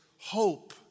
hope